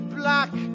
black